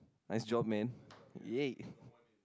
nice job man yay